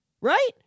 Right